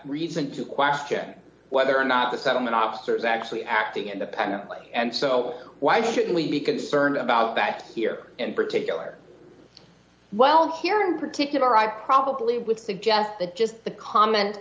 reason to question whether or not the settlement upsurges actually acted independently and so why should we be concerned about that here in particular well here in particular i probably would suggest that just the comment